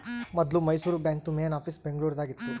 ಮೊದ್ಲು ಮೈಸೂರು ಬಾಂಕ್ದು main office Bengaluru ದಾಗ ಇತ್ತು